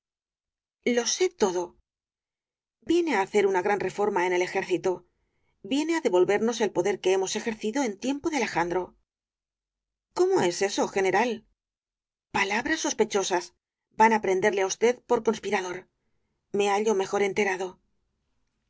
lo sé todo viene á hacer una gran reforma en el ejército viene á devolvernos el poder que hemos ejercido en tiempo de alejandro cómo es eso general palabras sospechosas van á prenderle á usted por conspirador me hallo mejor enterado